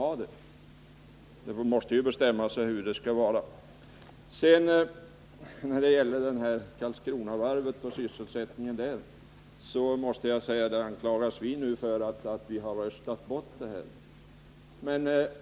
Hon måste bestämma sig för hur det skall vara. När det gäller sysselsättningen vid Karlskronavarvet anklagas vi för att ha röstat bort den.